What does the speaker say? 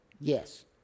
yes